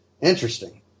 interesting